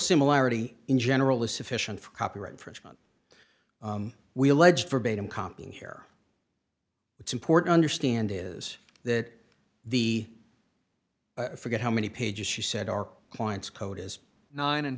similarity in general is sufficient for copyright infringement we alleged verbatim copying here what's important or stand is that the forget how many pages she said our client's code is nine and